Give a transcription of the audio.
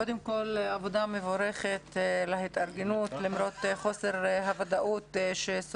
עבודה מבורכת בהתארגנות למרות חוסר הוודאות.